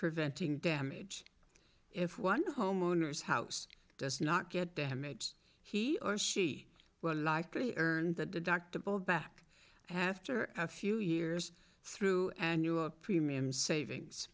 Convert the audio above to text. preventing damage if one homeowner's house does not get damaged he or she will likely earn that the dr pulled back after a few years through and you a premium savings